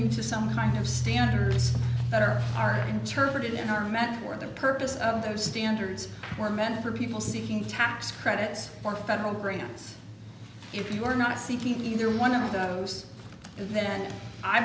you to some kind of standards that are are interpreted in her math for the purpose of those standards were meant for people seeking tax credits for federal grants if you are not seeking either one of those then i